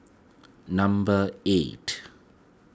number eight